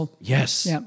Yes